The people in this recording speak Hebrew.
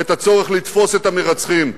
הצורך לתפוס את המרצחים,